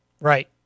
Right